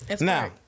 Now